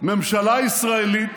"ממשלה ישראלית